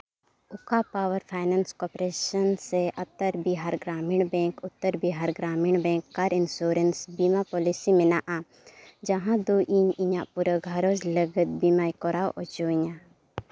ᱚᱠᱟ power finance corporation ᱥᱮ Uttar Bihar Gramin bank Uttar Bihar Gramin bank ᱠᱟᱨ ᱤᱱᱥᱩᱨᱮᱱᱥ ᱵᱤᱢᱟᱹ ᱯᱚᱞᱤᱥᱤ ᱢᱮᱱᱟᱜᱼᱟ ᱡᱟᱦᱟᱸ ᱫᱚ ᱤᱧ ᱤᱧᱟᱹᱜ ᱯᱩᱨᱟᱹ ᱜᱷᱟᱨᱚᱸᱡᱽ ᱞᱟᱹᱜᱤᱫ ᱵᱤᱢᱟᱭ ᱠᱚᱨᱟᱣ ᱚᱪᱚᱭᱤᱧᱟᱹ